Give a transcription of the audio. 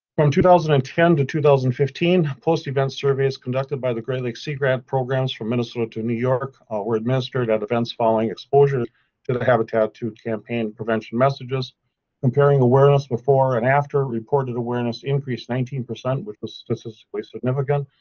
from two thousand and ten to two thousand and fifteen post event surveys conducted by the great lakes sea grant programs from minnesota to new york were administered at events following exposures to the habitattitude campaign prevention messages comparing awareness before and after reported awareness increased nineteen percent which was statistically significant.